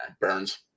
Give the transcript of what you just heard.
burns